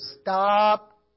stop